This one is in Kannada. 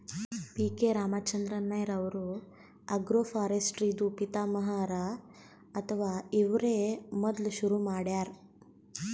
ಪಿ.ಕೆ ರಾಮಚಂದ್ರನ್ ನೈರ್ ಅವ್ರು ಅಗ್ರೋಫಾರೆಸ್ಟ್ರಿ ದೂ ಪಿತಾಮಹ ಹರಾ ಅಥವಾ ಇವ್ರೇ ಮೊದ್ಲ್ ಶುರು ಮಾಡ್ಯಾರ್